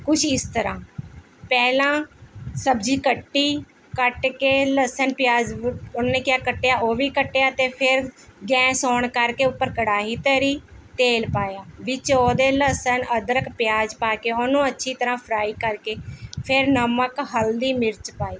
ਕੁਛ ਇਸ ਤਰ੍ਹਾਂ ਪਹਿਲਾਂ ਸਬਜ਼ੀ ਕੱਟੀ ਕੱਟ ਕੇ ਲਸਣ ਪਿਆਜ ਉਹਨਾਂ ਨੇ ਕਿਆ ਕੱਟਿਆ ਉਹ ਵੀ ਕੱਟਿਆ ਫਿਰ ਗੈਸ ਆਨ ਕਰਕੇ ਉੱਪਰ ਕੜਾਹੀ ਧਰੀ ਤੇਲ ਪਾਇਆ ਵਿੱਚ ਉਹਦੇ ਲਸਣ ਅਦਰਕ ਪਿਆਜ ਪਾ ਕੇ ਉਹਨੂੰ ਅੱਛੀ ਤਰ੍ਹਾਂ ਫ਼ਰਾਈ ਕਰਕੇ ਫਿਰ ਨਮਕ ਹਲਦੀ ਮਿਰਚ ਪਾਈ